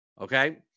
okay